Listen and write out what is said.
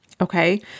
Okay